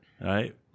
right